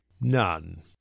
None